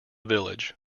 village